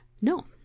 No